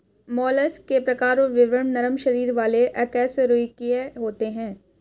mollusc के प्रकार और विवरण नरम शरीर वाले अकशेरूकीय होते हैं